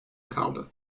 kaldı